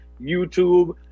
youtube